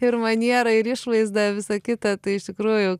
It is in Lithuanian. ir maniera ir išvaizda visa kita tai iš tikrųjų